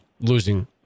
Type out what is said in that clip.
losing